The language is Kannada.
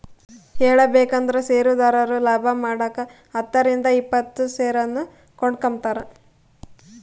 ಹೇಳಬೇಕಂದ್ರ ಷೇರುದಾರರು ಲಾಭಮಾಡಕ ಹತ್ತರಿಂದ ಇಪ್ಪತ್ತು ಷೇರನ್ನು ಕೊಂಡುಕೊಂಬ್ತಾರ